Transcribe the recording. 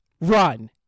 run